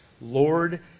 Lord